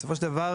בסופו של דבר,